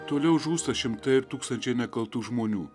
toliau žūsta šimtai ir tūkstančiai nekaltų žmonių